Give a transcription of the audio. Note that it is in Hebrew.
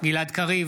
גלעד קריב,